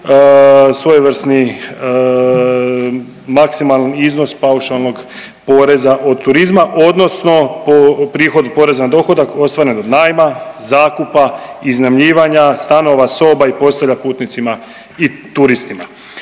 svojevrsni maksimalni iznos paušalnog poreza od turizma odnosno prihod poreza na dohodak ostvaren od najma, zakupa, iznajmljivanja stanova, soba i postelja putnicima i turistima.